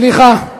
סליחה.